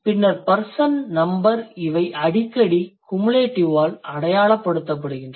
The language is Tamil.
பின்னர் பர்சன் நம்பர் இவை அடிக்கடி குமுலேடிவ் ஆல் அடையாளப்படுத்தப்படுகின்றன